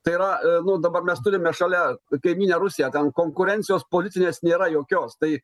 tai yra nu dabar mes turime šalia kaimynę rusiją ten konkurencijos politinės nėra jokios tai